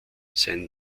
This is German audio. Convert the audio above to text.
sein